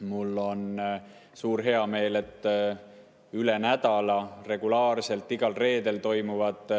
Mul on suur heameel, et regulaarselt üle nädala reedel toimuvad